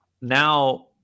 now